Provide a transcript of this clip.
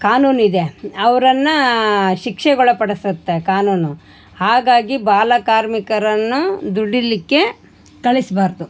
ಕಾನೂನಿದೆ ಅವ್ರನ್ನು ಶಿಕ್ಷೆಗೆ ಒಳ ಪಡಿಸತ್ತೆ ಕಾನೂನು ಹಾಗಾಗಿ ಬಾಲಕಾರ್ಮಿಕರನ್ನೂ ದುಡಿಲಿಕ್ಕೆ ಕಳಿಸಬಾರ್ದು